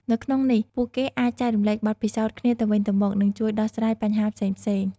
នៅក្នុងនេះ ពួកគេអាចចែករំលែកបទពិសោធន៍គ្នាទៅវិញទៅមក និងជួយដោះស្រាយបញ្ហាផ្សេងៗ ។